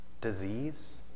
Disease